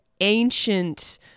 ancient